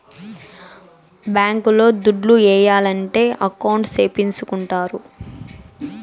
bank లో దుడ్లు ఏయాలంటే అకౌంట్ సేపిచ్చుకుంటారు